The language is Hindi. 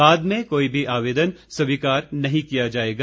बाद में कोई भी आवेदन स्वीकार नहीं किया जाएगा